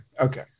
Okay